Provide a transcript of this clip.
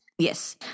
Yes